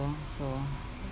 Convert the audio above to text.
so